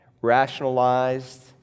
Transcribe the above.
rationalized